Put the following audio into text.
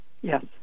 yes